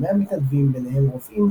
כ-100 מתנדבים בניהם רופאים,